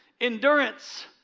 endurance